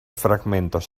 fragmentos